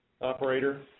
Operator